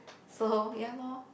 so ya lor